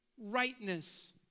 rightness